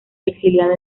exiliado